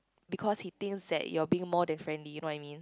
because he thinks that you're being more than friendly you know what I mean